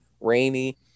rainy